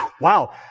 Wow